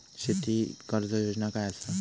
शेती कर्ज योजना काय असा?